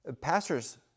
Pastors